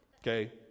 okay